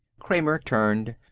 kramer turned.